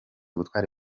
gutwara